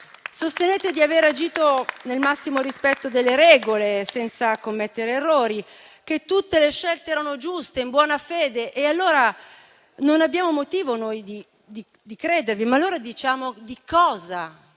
Sostenete di aver agito nel massimo rispetto delle regole, senza commettere errori e che tutte le scelte erano giuste, in buona fede. Non abbiamo motivo di non credervi, ma allora cosa